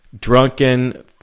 drunken